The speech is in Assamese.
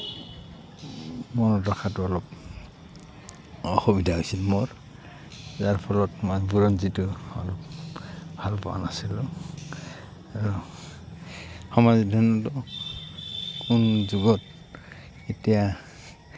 মনত ৰখাটো অলপ অসুবিধা হৈছিল মোৰ যাৰ ফলত বুৰঞ্জীটো অলপ ভাল পোৱা নাছিলোঁ আৰু সমাজ অধ্যয়নতো কোন যুগত কেতিয়া